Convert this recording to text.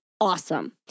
awesome